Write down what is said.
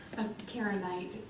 and kara knight.